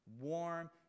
warm